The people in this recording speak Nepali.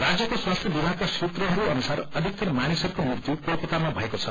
राज्यको स्वास्थ्य विभागका सूत्रहरू अनुसार अधिकतर मानिसहरूको मृत्यु कोलकातामा भएको छ